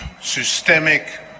systemic